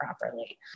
properly